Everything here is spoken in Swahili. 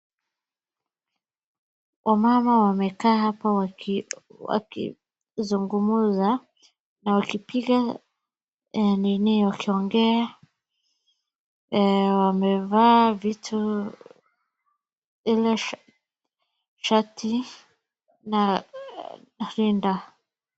wamama wamekaa hapa wakizungumza na wakipiga nini wakiongea. Wamevaa vitu ile shati na rinda.